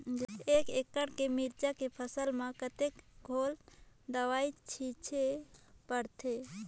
एक एकड़ के मिरचा के फसल म कतेक ढोल दवई छीचे पड़थे?